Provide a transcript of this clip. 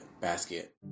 basket